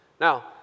Now